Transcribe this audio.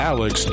Alex